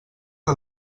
que